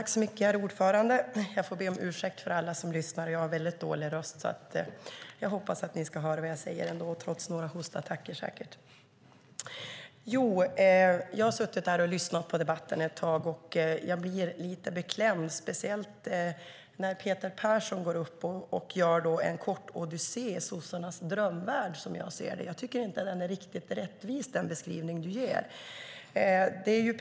Herr talman! Jag har suttit och lyssnat på debatten en stund och blir lite beklämd, speciellt när Peter Persson går upp och gör en kort odyssé över Socialdemokraternas drömvärld, som jag uppfattar det. Jag tycker inte att den beskrivning han ger är riktigt rättvis.